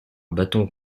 bâtons